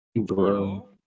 Bro